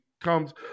comes